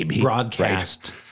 broadcast—